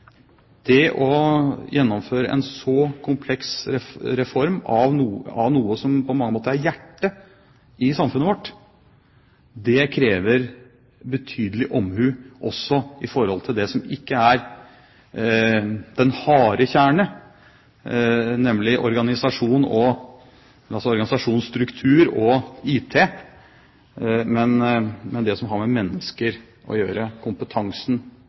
Det å gjennomføre en så kompleks reform av noe som på mange måter er hjertet i samfunnet vårt, krever betydelig omhu også i forhold til det som ikke er den harde kjerne, altså organisasjonsstruktur og IT, men det som har med mennesker å gjøre, kompetansen